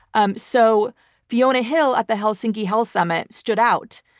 um so fiona hill at the helsinki hell summit stood out,